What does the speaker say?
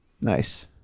Nice